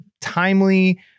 timely